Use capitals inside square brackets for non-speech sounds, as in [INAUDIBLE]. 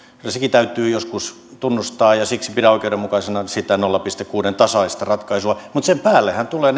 kyllä sekin täytyy joskus tunnustaa ja siksi pidän oikeudenmukaisena sitä nolla pilkku kuuden tasaista ratkaisua mutta sen päällehän tulee [UNINTELLIGIBLE]